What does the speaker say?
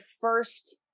first